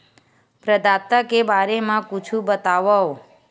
प्रदाता के बारे मा कुछु बतावव?